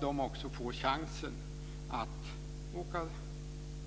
De bör få chansen att åka